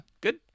Good